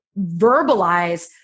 verbalize